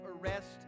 arrest